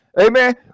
Amen